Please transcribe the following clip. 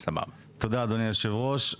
תודה אדוני היושב-ראש,